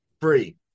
free